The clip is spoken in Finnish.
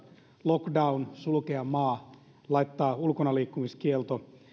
lockdown sulkea maa laittaa ulkonaliikkumiskielto